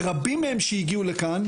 ורבים מהם שהגיעו לכאן,